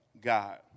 God